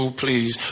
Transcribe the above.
please